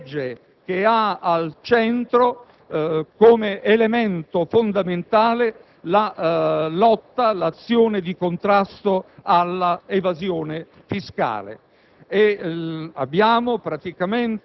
provvedimento, del decreto‑legge, che ha al centro, come elemento fondamentale, la lotta e l'azione di contrasto all'evasione fiscale.